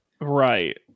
right